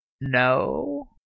No